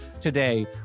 today